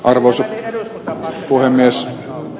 arvoisa puhemies